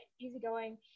easygoing